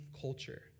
culture